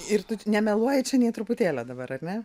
ir tu nemeluoji čia nė truputėlio dabar ar ne